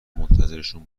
منتظرشون